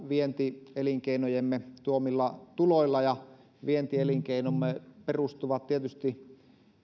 vientielinkeinojemme tuomilla tuloilla ja vientielinkeinomme perustuvat tietysti